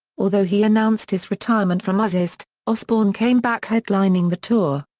although he announced his retirement from ozzfest, osbourne came back headlining the tour.